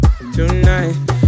tonight